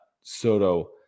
Soto